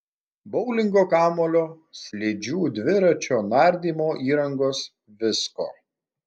boulingo kamuolio slidžių dviračio nardymo įrangos visko